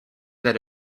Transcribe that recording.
that